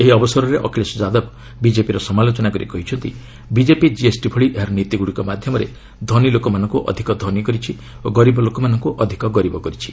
ଏହି ଅବସରରେ ଅଖିଳେଶ ଯାଦବ ବିଜେପିର ସମାଲୋଚନା କରି କହିଛନ୍ତି ବିଜେପି ଜିଏସ୍ଟି ଭଳି ଏହାର ନୀତିଗୁଡ଼ିକ ମାଧ୍ୟମରେ ଧନୀ ଲୋକମାନଙ୍କୁ ଅଧିକ ଧନୀ କରିଛି ଓ ଗରିବ ଲୋକମାନଙ୍କୁ ଅଧିକ ଗରିବ କରିଛି